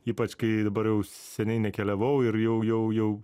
ypač kai dabar jau seniai nekeliavau ir jau jau jau